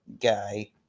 guy